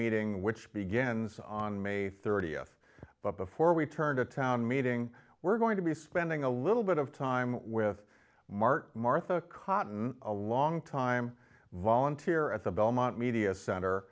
meeting which begins on may thirtieth but before we turn to a town meeting we're going to be spending a little bit of time with mark martha cotten a long time volunteer at the belmont media center